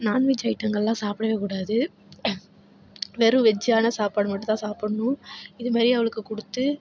non veg ஐட்டங்களெலாம் சாப்பிடவே கூடாது வெறும் வெஜ்ஜான சாப்பாடு மட்டும் தான் சாப்பிட்ணும் இதுமாரி அவளுக்கு கொடுத்து